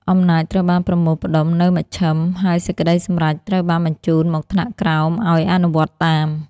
អំណាចត្រូវបានប្រមូលផ្ដុំនៅមជ្ឈិម ហើយសេចក្ដីសម្រេចត្រូវបានបញ្ជូនមកថ្នាក់ក្រោមឱ្យអនុវត្តតាម។